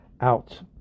out